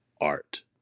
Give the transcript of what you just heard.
art